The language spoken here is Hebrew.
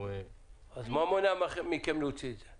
מה מונע מכם להוציא את זה?